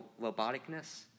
roboticness